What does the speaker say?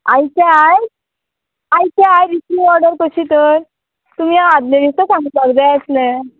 आयचें आयज आयचें आयज इतली ऑर्डर कशी तर तुमी आदलें दिसा कशी तर तुमी आदले दिसा सांगपाक जाय आसलें